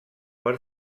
per